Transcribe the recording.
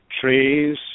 trees